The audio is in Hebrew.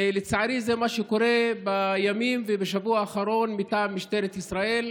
ולצערי זה מה שקורה בימים ובשבוע האחרונים מטעם משטרת ישראל.